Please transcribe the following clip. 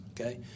okay